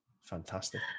fantastic